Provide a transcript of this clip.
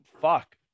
fuck